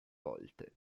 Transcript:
volte